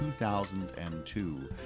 2002